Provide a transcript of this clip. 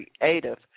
creative